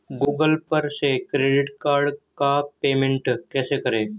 Google पर से credit card का पेमेंट कैसे करें?